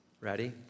Ready